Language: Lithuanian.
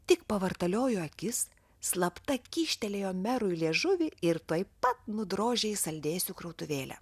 tik pavartaliojo akis slapta kyštelėjo merui liežuvį ir tuoj pat nudrožė į saldėsių krautuvėlę